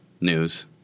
news